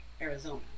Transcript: Arizona